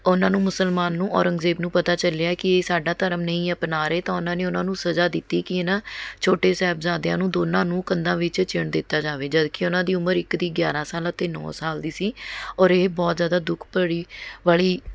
ਉਨ੍ਹਾਂ ਨੂੰ ਮੁਸਲਮਾਨ ਨੂੰ ਔਰੰਗਜ਼ੇਬ ਨੂੰ ਪਤਾ ਚੱਲਿਆ ਕਿ ਇਹ ਸਾਡਾ ਧਰਮ ਨਹੀਂ ਅਪਣਾ ਰਹੇ ਤਾਂ ਉਨ੍ਹਾਂ ਨੇ ਉਨ੍ਹਾਂ ਨੂੰ ਸਜ਼ਾ ਦਿੱਤੀ ਕਿ ਨਾ ਛੋਟੇ ਸਾਹਿਬਜ਼ਾਦਿਆਂ ਨੂੰ ਦੋਨਾਂ ਨੂੰ ਕੰਧਾਂ ਵਿੱਚ ਚਿਣ ਦਿੱਤਾ ਜਾਵੇ ਜਦੋਂ ਕਿ ਉਨ੍ਹਾਂ ਦੀ ਉਮਰ ਇੱਕ ਦੀ ਗਿਆਰ੍ਹਾਂ ਸਾਲ ਅਤੇ ਨੌ ਸਾਲ ਦੀ ਸੀ ਔਰ ਇਹ ਬਹੁਤ ਜ਼ਿਆਦਾ ਦੁੱਖ ਭਰੀ ਵਾਲ਼ੀ